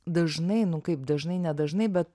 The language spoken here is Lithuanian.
dažnai nu kaip dažnai nedažnai bet